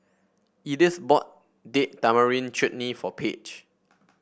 Edyth bought Date Tamarind Chutney for Page